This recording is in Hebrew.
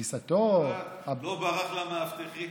הוא לא ברח למאבטחים?